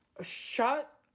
shut